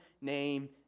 name